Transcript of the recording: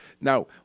Now